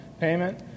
payment